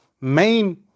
main